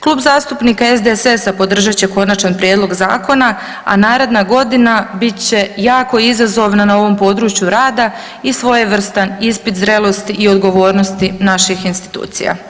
Klub zastupnika SDSS-a podržat će konačan prijedlog zakona, a naredna godina bit će jako izazovna na ovom području rada i svojevrstan ispit zrelosti i odgovornosti naših institucija.